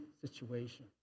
situation